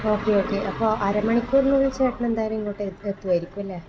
okay okay അപ്പം അരമണിക്കൂറിനുള്ളില് ചേട്ടന് എന്തായാലും ഇങ്ങോട്ട് എത്തു എത്തുവാരിക്കും അല്ലേ